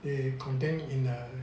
they contained in a